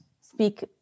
speak